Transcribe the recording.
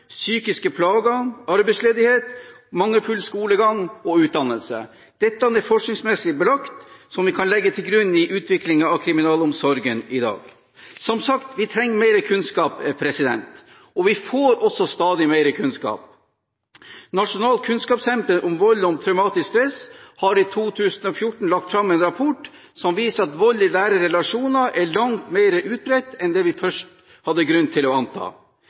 psykiske plager, arbeidsledighet, mangelfull skolegang og utdannelse. Dette er forskningsmessig belagt, som vi kan legge til grunn i utviklingen av kriminalomsorgen i dag. Som sagt, vi trenger mer kunnskap, og vi får stadig også mer kunnskap. Nasjonalt kunnskapssenter om vold og traumatisk stress har i 2014 lagt fram en rapport som viser at vold i nære relasjoner er langt mer utbredt enn det vi først hadde grunn til å anta.